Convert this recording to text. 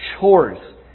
chores